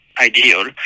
ideal